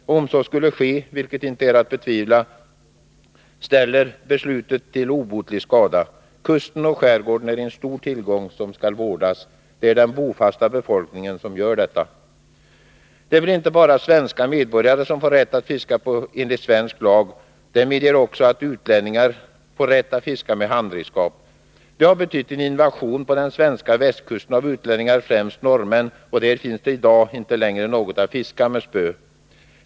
Och om de inte längre kan leva på sitt fiske, vilket det finns stor risk för, ställer beslutet till obotlig skada. Kusten och skärgården är en stor tillgång, som skall vårdas. Det är den bofasta befolkningen som gör detta. Det blir inte bara svenska medborgare som får rätt att fiska, då svensk lag också medger utlänningar rätt att fiska med handredskap. Det har betytt invasion på den svenska västkusten av utlänningar, främst norrmän, och där finns det i dag inte längre något att fiska med spö.